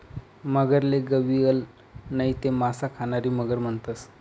मगरले गविअल नैते मासा खानारी मगर म्हणतंस